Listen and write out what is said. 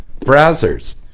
Browsers